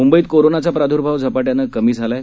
मुंबईतकोरोनाचाप्रादुर्भावझपाट्यानंकमीझालाआहे